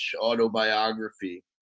autobiography